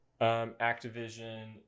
Activision